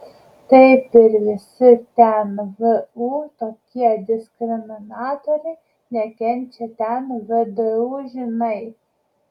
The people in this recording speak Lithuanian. taip ir visi ten vu tokie diskriminatoriai nekenčia ten vdu žinai